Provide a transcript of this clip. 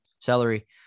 Celery